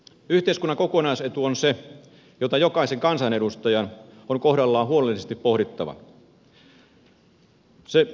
yhteiskunnan kokonaisetu on se mitä jokaisen kansanedustajan on kohdallaan huolellisesti pohdittava